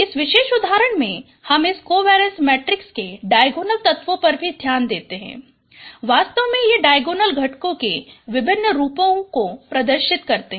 इस विशेष उदाहरण में हम इस कोवेरीएंस मैट्रिक्स के डायगोनल तत्वों पर भी ध्यान देते हैं वास्तव में ये डायगोनल घटकों के विभिन्न रूपों को प्रदर्शित करते हैं